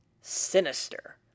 sinister